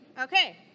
Okay